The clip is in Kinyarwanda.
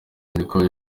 niko